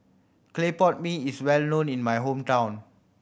clay pot mee is well known in my hometown